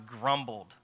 grumbled